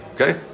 Okay